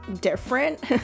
different